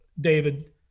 David